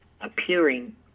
appearing